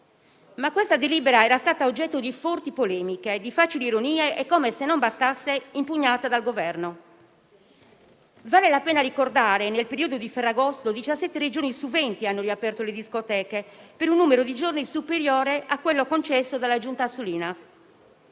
tuttavia, era stata oggetto di forti polemiche e di facili ironie e, come se non bastasse, impugnata dal Governo. Vale la pena ricordare che nel periodo di Ferragosto 17 Regioni su 20 hanno riaperto le discoteche per un numero di giorni superiore a quello concesso dalla giunta Solinas.